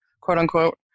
quote-unquote